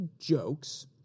jokes